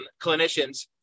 clinicians